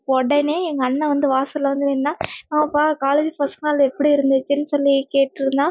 உடனே எங்க அண்ணன் வந்து வாசலில் வந்து நின்றான் என்ன பாப்பா காலேஜ் ஃபஸ்ட் நாள் எப்படி இருந்துச்சுன்னு சொல்லி கேட்டிருந்தான்